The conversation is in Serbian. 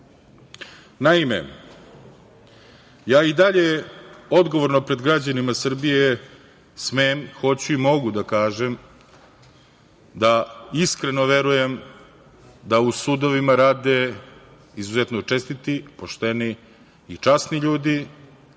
nosi. Naime, ja i dalje odgovorno pred građanima Srbije smem, hoću i mogu da kažem da iskreno verujem da u sudovima rade izuzetno čestiti, pošteni i časni ljudi,